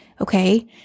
okay